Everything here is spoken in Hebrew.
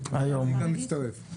גם אני מצטרף לרביזיה.